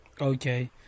Okay